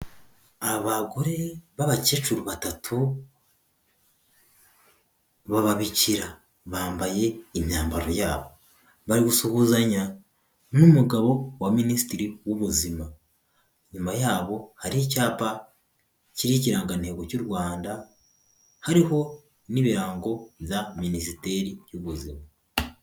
Abagore b'abakecuru batatu b'ababikira. Bambaye imyambaro yabo. Bari gusuhuzanya n'umugabo wa Minisitiri w'Ubuzima. Inyuma yabo, hari icyapa kiriho ikirangantego cy'u Rwanda, hariho n'ibirango bya Minisiteri y'Ubuzima.